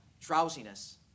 drowsiness